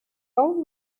all